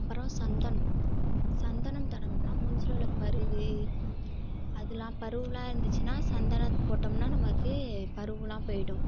அப்புறம் சந்தனம் சந்தனம் தடவுனால் மூஞ்சியில உள்ள பரு அதுலாம் பருலாம் இருந்துச்சுனால் சந்தனம் போட்டோம்னால் நமக்கு பருலாம் போய்விடும்